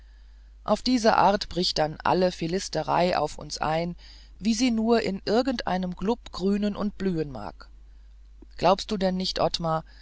auf diese art bricht dann alle philisterei auf uns ein wie sie nur in irgendeinem klub grünen und blühen mag glaubst du denn nicht ottmar